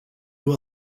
will